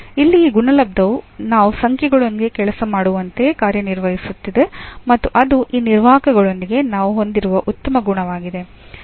ಇಲ್ಲಿ ಈ ಗುಣಲಬ್ದವು ನಾವು ಸಂಖ್ಯೆಗಳೊಂದಿಗೆ ಕೆಲಸ ಮಾಡುವಂತೆಯೇ ಕಾರ್ಯನಿರ್ವಹಿಸುತ್ತಿದೆ ಮತ್ತು ಅದು ಈ ನಿರ್ವಾಹಕಗಳೊಂದಿಗೆ ನಾವು ಹೊಂದಿರುವ ಉತ್ತಮ ಗುಣವಾಗಿದೆ